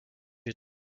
est